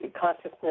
consciousness